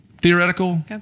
theoretical